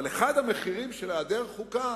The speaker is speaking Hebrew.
אבל אחד המחירים של העדר חוקה,